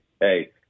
hey